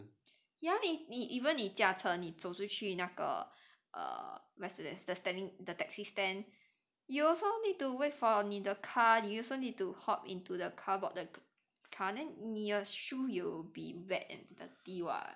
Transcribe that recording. ya 你你 even 你驾车你走出去那个 err what is that the standing the taxi stand you also need to wait for 你的 car also need to hope into the car board the car then 你的 shoes will be wet and dirty [what]